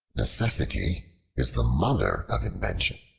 necessity is the mother of invention.